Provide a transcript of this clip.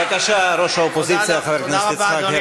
בבקשה, ראש האופוזיציה חבר הכנסת יצחק הרצוג.